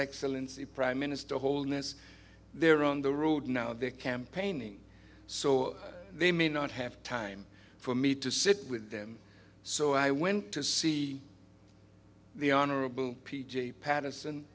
excellence the prime minister wholeness there on the road now they're campaigning so they may not have time for me to sit with them so i went to see the honorable p j patterson